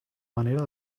manera